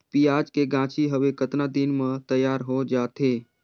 पियाज के गाछी हवे कतना दिन म तैयार हों जा थे?